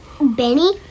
Benny